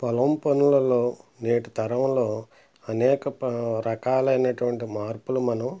పొలం పనులలో నేటి తరంలో అనేక పని రకాలైనటువంటి మార్పులు మనం